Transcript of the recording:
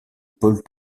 paul